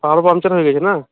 puncture হয়ে গেছে না